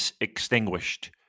extinguished